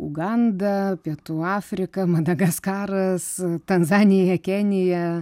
uganda pietų afrika madagaskaras tanzanija kenija